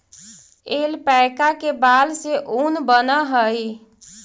alpaca के बाल से ऊन बनऽ हई